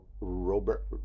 Robert